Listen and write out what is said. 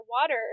water